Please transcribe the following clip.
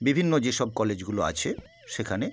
বিভিন্ন যেসব কলেজগুলো আছে সেখানে